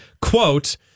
Quote